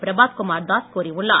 பிரபாத்குமார் தாஸ் கூறியுள்ளார்